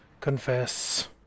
confess